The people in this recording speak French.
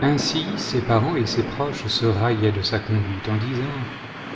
ainsi ses parents et ses proches se raillaient de sa conduite en disant